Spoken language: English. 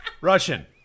Russian